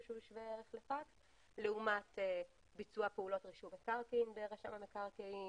שהוא שווה ערך לפקס לעומת ביצוע פעולות רישום מקרקעין ברשם המקרקעין,